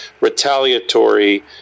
retaliatory